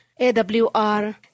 AWR